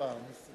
נסים,